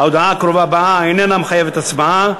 ההודעה הבאה איננה מחייבת הצבעה,